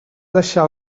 deixar